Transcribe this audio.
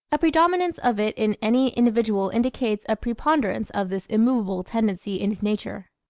a predominance of it in any individual indicates a preponderance of this immovable tendency in his nature.